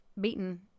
beaten